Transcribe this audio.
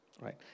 right